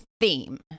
theme